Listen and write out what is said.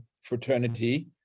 fraternity